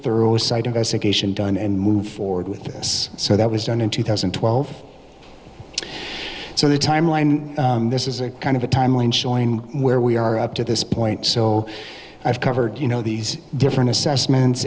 investigation done and move forward with this so that was done in two thousand and twelve so the timeline this is a kind of a timeline showing where we are up to this point so i've covered you know these different assessments